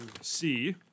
see